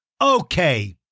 Okay